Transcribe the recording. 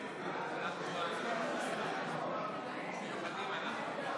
חוץ מחבר הכנסת טרופר?